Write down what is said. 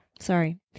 sorry